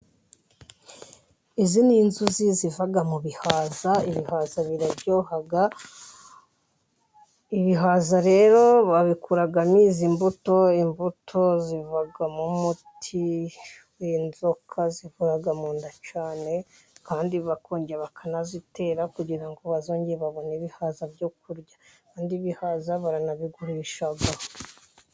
Izi ni inzuzi ziva mu bihaza. Ibihaza biraryoha, ibihaza rero babikuramo izi mbuto . Imbuto zivamo umuti w'inzoka zivura mu nda cyane , kandi bakongera bakanazitera kugira ngo bazongere babone ibihaza byo kurya kandi ibihaza baranabigurisha.